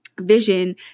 vision